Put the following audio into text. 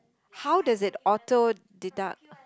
how does it auto deduct